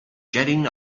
jetting